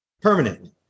permanently